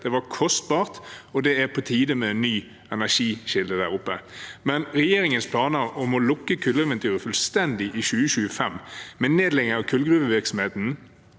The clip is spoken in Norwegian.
det var kostbart, og det er på tide med en ny energikilde der oppe. Men regjeringens planer om å lukke kulleventyret fullstendig i 2025, med nedlegging av kullgruvevirksomheten